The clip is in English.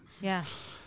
Yes